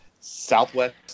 Southwest